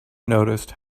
noticed